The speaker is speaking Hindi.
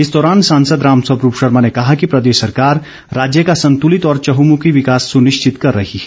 इस दौरान सांसद रामस्वरूप शर्मा ने कहा कि प्रदेश सरकार राज्य का संतुलित और चहुमुखी विकास सुनिश्चित कर रही है